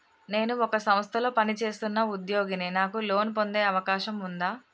నేను ఒక సంస్థలో పనిచేస్తున్న ఉద్యోగిని నాకు లోను పొందే అవకాశం ఉందా?